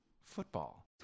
football